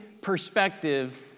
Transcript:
perspective